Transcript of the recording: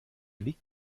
liegt